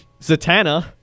Zatanna